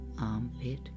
armpit